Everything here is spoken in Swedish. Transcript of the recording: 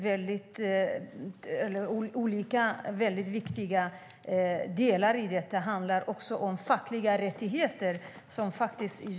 Olika mycket viktiga delar i detta handlar om fackliga rättigheter.